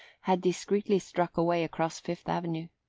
had discreetly struck away across fifth avenue.